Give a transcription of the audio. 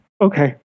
Okay